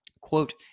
Quote